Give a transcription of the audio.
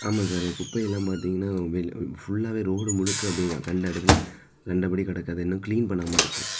ஆமாம் சாரு குப்பையெல்லாம் பார்த்தீங்கன்னா வெள் ஃபுல்லாகவே ரோடு முழுக்க அப்படியே கண்ட இடத்துல கண்டபடி கிடக்கறத இன்னும் க்ளீன் பண்ணாமல் இருக்கு